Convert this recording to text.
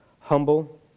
humble